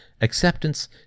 acceptance